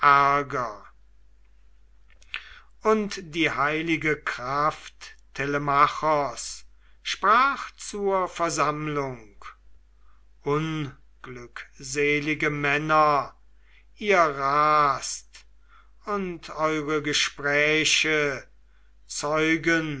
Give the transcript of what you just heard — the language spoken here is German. und die heilige kraft telemachos sprach zur versammlung unglückselige männer ihr rast und eure gespräche zeugen